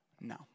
No